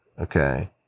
okay